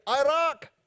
Iraq